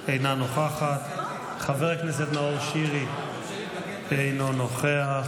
אינה נוכחת, חבר הכנסת נאור שירי, אינו נוכח.